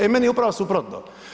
E meni je upravo suprotno.